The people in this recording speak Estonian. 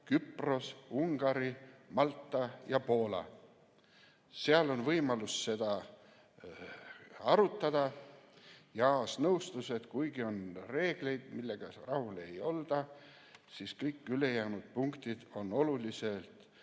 Küpros, Ungari, Malta ja Poola. Seal on võimalus seda arutada. Aas nõustus, et kuigi on reegleid, millega rahul ei olda, on oluline kõik ülejäänud punktid suurema